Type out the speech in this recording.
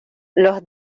los